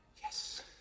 Yes